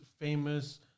famous